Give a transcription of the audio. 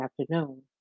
afternoon